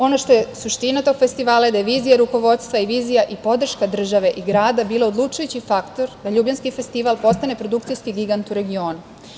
Ono što je suština tog festivala je da je vizija rukovodstva i vizija i podrška države i grada bila odlučujući faktor da Ljubljanski festival postane produkcijski gigant u regionu.